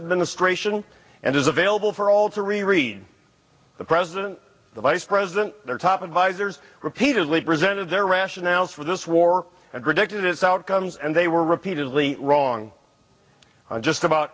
administration and is available for all to reread the president the vice president their top advisors repeatedly presented their rationales for this war and predicted its outcomes and they were repeatedly wrong on just about